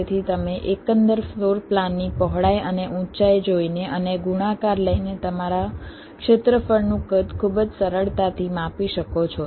તેથી તમે એકંદર ફ્લોર પ્લાનની પહોળાઈ અને ઊંચાઈ જોઈને અને ગુણાકાર લઈને તમારા ક્ષેત્રફળનું કદ ખૂબ જ સરળતાથી માપી શકો છો